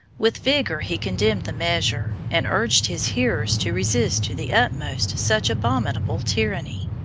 with vigor he condemned the measure, and urged his hearers to resist to the utmost such abominable tyranny.